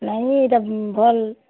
ନାଇଁ ଇଟା ଭଲ୍